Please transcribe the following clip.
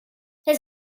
his